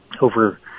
over